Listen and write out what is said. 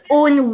own